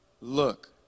Look